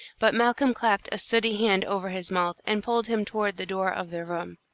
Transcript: but malcolm clapped a sooty hand over his mouth and pulled him toward the door of their room.